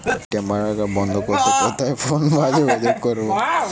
ATM card বন্ধ করতে কোথায় ফোন বা যোগাযোগ করব?